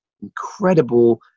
incredible